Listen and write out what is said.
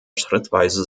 schrittweise